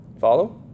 follow